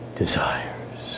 desires